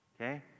Okay